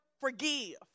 forgive